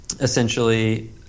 essentially